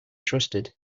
trusted